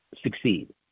succeed